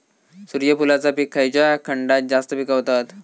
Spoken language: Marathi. सूर्यफूलाचा पीक खयच्या खंडात जास्त पिकवतत?